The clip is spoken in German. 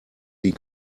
wie